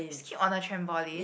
skip on the trampoline